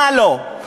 מה לא.